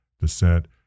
descent